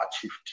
achieved